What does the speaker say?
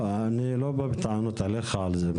לא, אני לא בא בטענות אליך על זה.